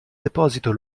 deposito